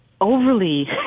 overly